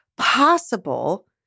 possible